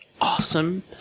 Awesome